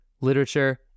literature